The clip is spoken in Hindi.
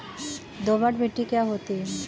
दोमट मिट्टी क्या होती हैं?